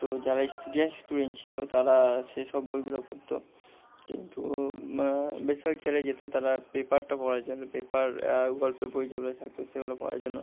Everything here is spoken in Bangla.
তো যারা ইস্টুডিয়াস স্টুডেন্ট ছিল তারা সেই সব বইগুলো পড়ত কিন্তু বেশিরভাগ ছেলে যেত তারা পেপারটা পড়ার জন্য পেপার গল্পের বই যেগুলো থাকত সেগুলো পড়ার জন্য